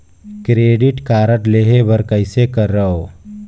Credit card लेहे बर कइसे करव?